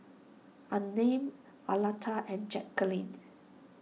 Unnamed Aleta and Jackeline